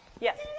Yes